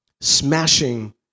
smashing